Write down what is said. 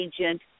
agent